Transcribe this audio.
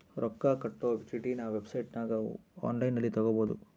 ರೊಕ್ಕ ಕಟ್ಟೊ ಚೀಟಿನ ವೆಬ್ಸೈಟನಗ ಒನ್ಲೈನ್ನಲ್ಲಿ ತಗಬೊದು